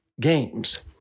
games